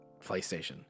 PlayStation